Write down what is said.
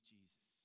Jesus